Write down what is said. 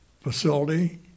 facility